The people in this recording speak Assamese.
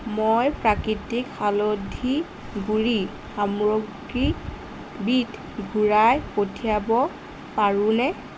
মই প্ৰাকৃতিক হালধি গুড়ি সামগ্ৰীবিধ ঘূৰাই পঠিয়াব পাৰোঁনে